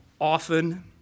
often